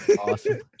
Awesome